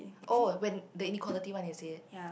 oh when the inequality one is it